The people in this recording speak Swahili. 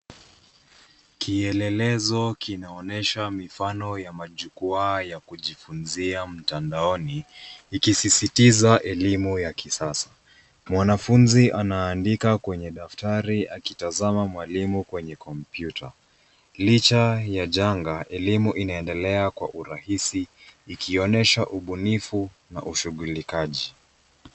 Kielelezo kinaonyesha mifano ya majukwaa ya kujifunzia mtandaoni ikisisitiza elimu ya kisasa. Mwanafunzi anaandika kwenye daftari akitazama mwalimu kwenye kompyuta. Licha ya janga, elimu inaendelea Kwa urahisi ikionyesha ubunifu na ushughulikaji.